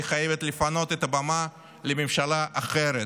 והיא חייבת לפנות את הבמה לממשלה אחרת,